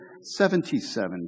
seventy-seven